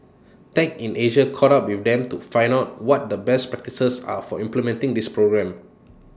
tech in Asia caught up with them to find out what the best practices are for implementing this program